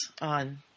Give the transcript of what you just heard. on